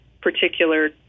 particular